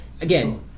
again